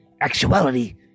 Actuality